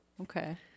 Okay